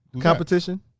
competition